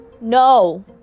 No